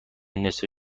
نصفه